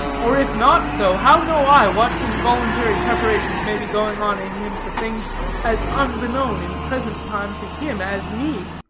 or if not so, how know i what involuntary preparations may be going on in him for things as unbeknown in present time to him as me